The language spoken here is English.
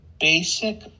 basic